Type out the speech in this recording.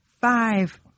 five